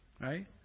right